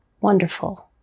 wonderful